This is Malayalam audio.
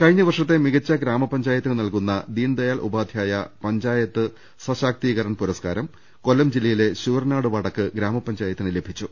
കഴിഞ്ഞ വർഷത്തെ മികച്ച ഗ്രാമപഞ്ചായത്തിന് നൽകുന്ന ദീൻ ദ യാൽ ഉപാധ്യായ പഞ്ചായത്ത് സശാക്തീകരൺ പുരസ്കാരം കൊ ല്ലം ജില്ലയിലെ ശൂരനാട് വടക്ക് ഗ്രാമപഞ്ചായത്തിന് ലഭിച്ചു